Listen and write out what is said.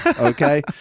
okay